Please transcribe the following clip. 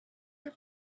your